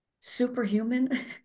superhuman